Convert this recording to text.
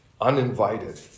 uninvited